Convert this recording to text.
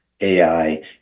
AI